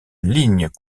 ligne